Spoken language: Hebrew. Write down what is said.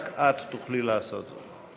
רק את תוכלי לעשות זאת.